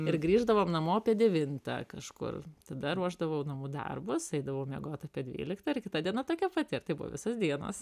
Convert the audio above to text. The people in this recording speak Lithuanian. ir grįždavom namo apie devintą kažkur tada ruošdavau namų darbus eidavau miegot apie dvyliktą ir kita diena tokia pati ir tai buvo visos dienos